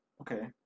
Okay